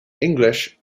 english